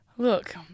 Look